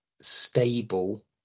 stable